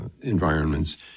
environments